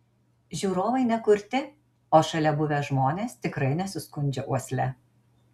žiūrovai ne kurti o šalia buvę žmonės tikrai nesiskundžia uosle